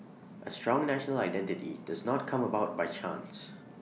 A strong national identity does not come about by chance